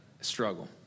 struggle